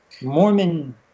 Mormon